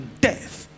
death